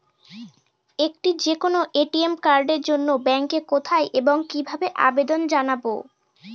একটি যে কোনো এ.টি.এম কার্ডের জন্য ব্যাংকে কোথায় এবং কিভাবে আবেদন জানাব?